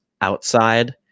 outside